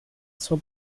zur